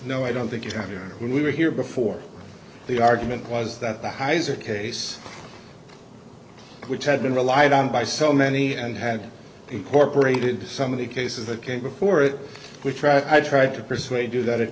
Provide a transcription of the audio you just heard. no i don't think you have it when we were here before the argument was that the highs are case which had been relied on by so many and had incorporated some of the cases that came before it which right i tried to persuade you that it